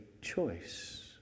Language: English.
choice